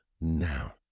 now